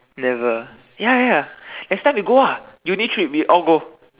never ya ya ya next time we go uni three we all go